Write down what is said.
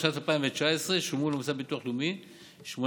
בשנת 2019 שולמו למוסד לביטוח לאומי 8.2